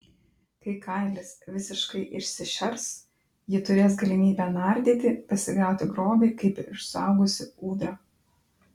kai kailis visiškai išsišers ji turės galimybę nardyti pasigauti grobį kaip ir suaugusi ūdra